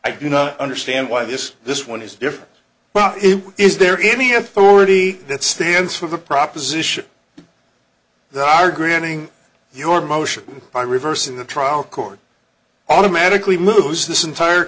i do not understand why this this one is different but is there any authority that stands for the proposition that our granting your motion by reversing the trial court automatically moves this entire